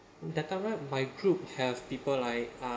that time right my group have people like uh